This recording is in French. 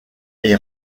est